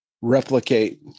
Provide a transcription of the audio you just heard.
replicate